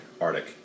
Arctic